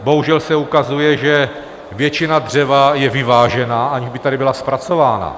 Bohužel se ukazuje, že většina dřeva je vyvážena, aniž by tady byla zpracována.